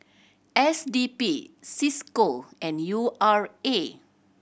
S D P Cisco and U R A